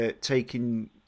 taking